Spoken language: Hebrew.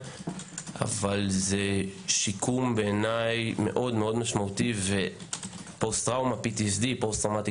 אבל זה שיקום מאוד משמעותי ופוסט טראומה,